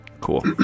Cool